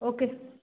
okay